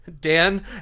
Dan